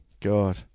God